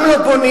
גם לא בונים,